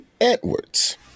Edwards